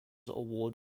award